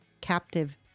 captive